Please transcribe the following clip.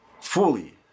fully